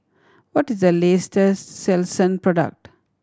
what is the latest Selsun product